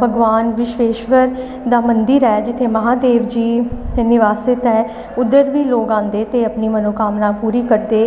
भगवान विश्वेश्वर दा मंदिर ऐ जित्थै महादेव जी निवासित ऐ उद्धर बी लोग आंदे ते अपनी मनोकामना पूरी करदे